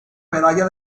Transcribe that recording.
medalla